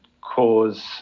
cause